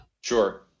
Sure